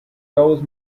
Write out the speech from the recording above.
those